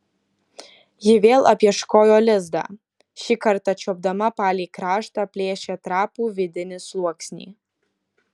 ji vėl apieškojo lizdą šį kartą čiuopdama palei kraštą plėšė trapų vidinį sluoksnį